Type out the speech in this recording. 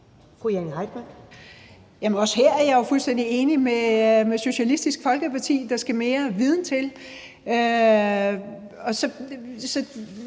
Også her er jeg jo fuldstændig enig med Socialistisk Folkeparti. Der skal mere viden til.